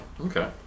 Okay